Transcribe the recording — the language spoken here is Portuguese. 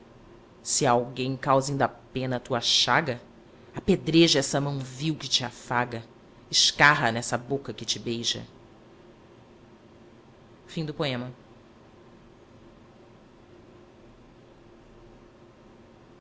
a alguém causa inda pena a tua chaga apedreja essa mão vil que te afaga escarra nessa boca que te beija toma as